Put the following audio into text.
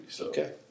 Okay